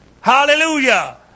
Hallelujah